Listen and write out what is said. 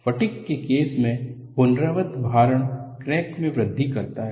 fatigue के case में पुनरावृत भारण क्रैक मे वृद्धि करता है